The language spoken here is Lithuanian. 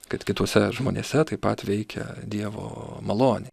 kad kituose žmonėse taip pat veikia dievo malonė